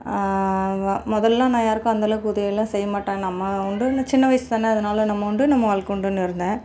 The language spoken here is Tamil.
மொ முதல்லாம் நான் யாருக்கும் அந்தளவுக்கு உதவிலாம் செய்யமாட்டேன் நம்ம உண்டு இந்த சின்ன வயசு தான அதனால் நம்ம உண்டு நம்ம வாழ்க்கை உண்டுன்னு இருந்தேன்